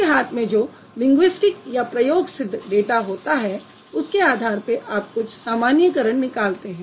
आपके हाथ में जो लिंगुइस्टिक या प्रयोगसिद्ध डाटा होता है उसके आधार पर आप कुछ सामान्यीकरण निकालते हैं